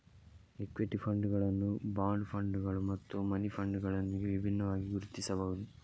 equity ಫಂಡುಗಳನ್ನು bond ಫಂಡುಗಳು ಮತ್ತು ಮನಿ ಫಂಡುಗಳೊಂದಿಗೆ ವಿಭಿನ್ನವಾಗಿ ಗುರುತಿಸಬಹುದು